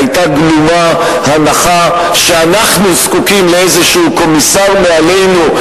היתה גלומה הנחה שאנחנו זקוקים לאיזה קומיסר מעלינו,